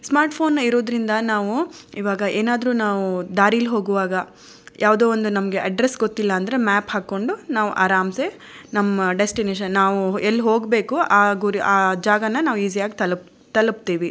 smart phone ಇರೋದ್ರಿಂದ ನಾವು ಇವಾಗ ಏನಾದರೂ ನಾವು ದಾರೀಲ್ ಹೋಗುವಾಗ ಯಾವುದೋ ಒಂದು ನಮಗೆ ಅಡ್ರೆಸ್ ಗೊತ್ತಿಲ್ಲ ಅಂದರೆ ಮ್ಯಾಪ್ ಹಾಕೋಂಡು ನಾವು ಆರಾಮ್ಸೆ ನಮ್ಮ ಡೆಸ್ಟಿನೇಷನ್ ನಾವು ಎಲ್ಲಿ ಹೋಗಬೇಕು ಆ ಗುರಿ ಆ ಜಾಗನ ನಾವು ಈಸಿಯಾಗಿ ತಲುಪ್ತೀವಿ